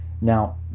Now